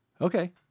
Okay